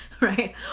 right